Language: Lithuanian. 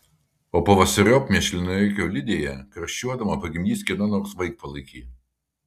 o pavasariop mėšlinoje kiaulidėje karščiuodama pagimdys kieno nors vaikpalaikį